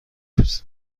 روز